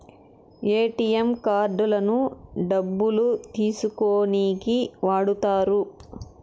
ATM కార్డులను డబ్బులు తీసుకోనీకి వాడుతారు